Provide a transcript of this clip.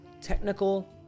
technical